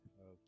Okay